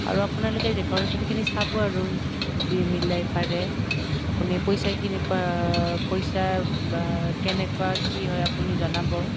আৰু আপোনালোকে ডেক'ৰেশ্ব্যনখিনি চাব আৰু যি মিলাই পাৰে আপুনি পইচাখিনি পা বা পইচা বা কেনেকুৱা কি হয় আপুনি জনাব